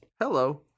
hello